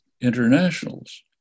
internationals